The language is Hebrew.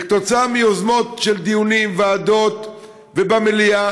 שכתוצאה מיוזמות של דיונים בוועדות ובמליאה